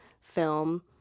film